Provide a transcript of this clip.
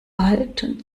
alten